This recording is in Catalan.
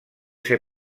ser